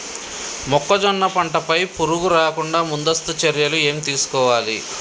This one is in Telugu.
మొక్కజొన్న పంట పై పురుగు రాకుండా ముందస్తు చర్యలు ఏం తీసుకోవాలి?